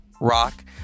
rock